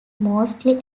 mostly